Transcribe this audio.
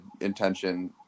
intention